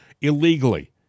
illegally